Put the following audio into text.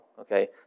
Okay